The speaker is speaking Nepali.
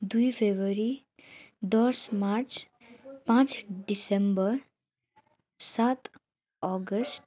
दुई फेब्रुअरी दस मार्च पाँच डिसेम्बर सात अगस्त